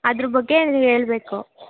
ಅದ್ರ ಬಗ್ಗೆ ನೀವು ಹೇಳ್ಬೇಕು